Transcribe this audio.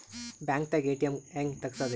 ಬ್ಯಾಂಕ್ದಾಗ ಎ.ಟಿ.ಎಂ ಹೆಂಗ್ ತಗಸದ್ರಿ?